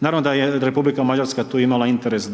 Naravno da je Republika Mađarska tu imala interes